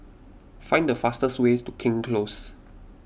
find the fastest ways to King's Close